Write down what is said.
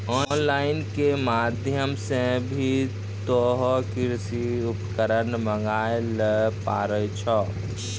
on line के माध्यम से भी तोहों कृषि उपकरण मंगाय ल पारै छौ